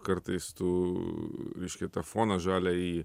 kartais tu reiškia tą foną žaliąjį